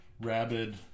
rabid